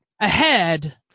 ahead